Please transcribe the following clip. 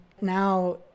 Now